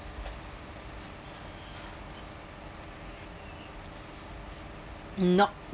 nope